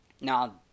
Now